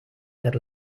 per